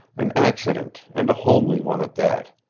an accident and a homely one at that.